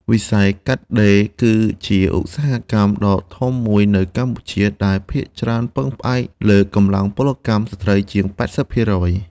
វិស័យកាត់ដេរគឺជា ឧស្សាហកម្មដ៏ធំមួយនៅកម្ពុជា ដែលភាគច្រើនពឹងផ្អែកលើកម្លាំងពលកម្មស្ត្រីជាង ៨០%។